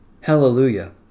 Hallelujah